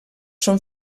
són